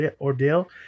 ordeal